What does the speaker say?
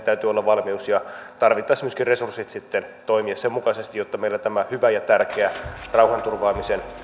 täytyy olla valmius ja tarvittaessa myöskin resurssit sitten toimia sen mukaisesti jotta meillä tämä tärkeä rauhanturvaamisen